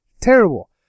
Terrible